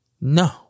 No